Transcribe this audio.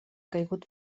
caigut